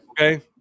Okay